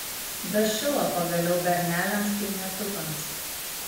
dašilo pagaliau berneliams kaimietukams